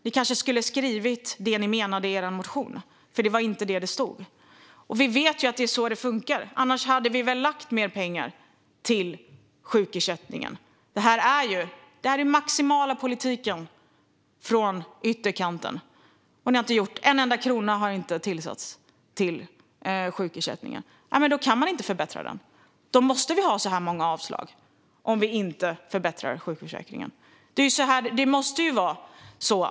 Ni kanske skulle ha skrivit det ni menade i er motion, för det var i så fall inte det som det stod. Vi vet ju att det är så det funkar. Annars hade ni väl lagt mer pengar på sjukersättning. Men det här är den maximala politiken från ytterkanten. Ni har inte tillskjutit en enda krona till sjukersättningen, och då kan den inte förbättras. Det måste bli så här många avslag om sjukförsäkringen inte förbättras.